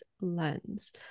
lens